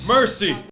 Mercy